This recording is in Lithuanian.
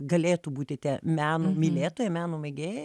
galėtų būti tie meno mylėtojai meno mėgėjai